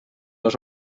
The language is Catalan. les